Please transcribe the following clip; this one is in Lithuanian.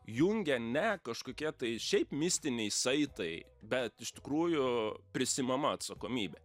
jungia ne kažkokie tai šiaip mistiniai saitai bet iš tikrųjų prisiimama atsakomybė